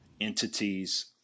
entities